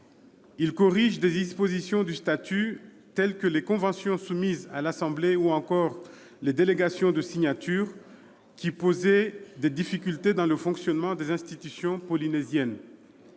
Ils corrigent des dispositions du statut, telles que les conventions soumises à l'assemblée ou encore les délégations de signature, qui posaient des difficultés dans le fonctionnement des institutions polynésiennes.